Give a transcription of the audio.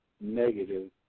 negative